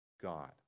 God